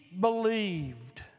believed